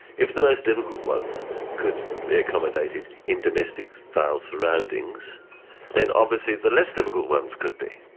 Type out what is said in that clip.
if the most difficult ones could be accommodated in domestic style surroundings then obviously the less difficult ones could be.